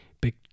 big